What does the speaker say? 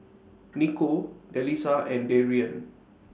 Niko Delisa and Darrien